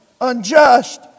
unjust